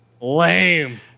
Lame